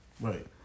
Right